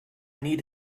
need